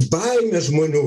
baimę žmonių